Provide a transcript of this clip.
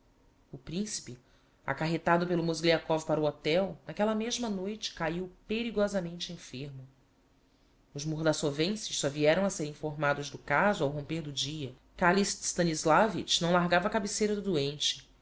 o principe acarretado pelo mozgliakov para o hotel n'aquella mesma noite caíu perigosamente enfermo os mordassovenses só vieram a ser informados do caso ao romper do dia kalist stanislavitch não largava a cabeceira do doente